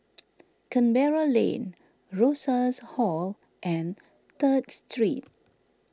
Canberra Lane Rosas Hall and Third Street